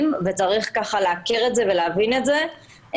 וצריך ככה להכיר את זה ולהבין את זה.